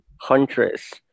Huntress